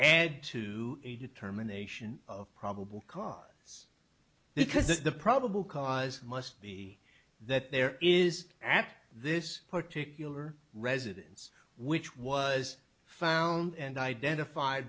and to a determination of probable cause it's because the probable cause must be that there is at this particular residence which was found and identif